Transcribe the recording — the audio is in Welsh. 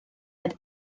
oedd